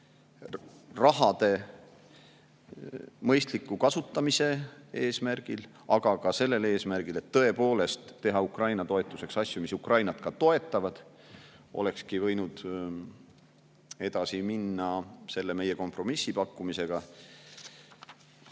raha mõistliku kasutamise eesmärgil, aga ka sellel eesmärgil, et tõepoolest teha Ukraina toetuseks asju, mis Ukrainat ka päriselt toetavad, oleks võinud edasi minna selle meie kompromissipakkumisega.